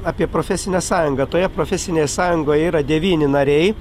apie profesinę sąjungą toje profesinėje sąjungoj yra devyni nariai